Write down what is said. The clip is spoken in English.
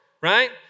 right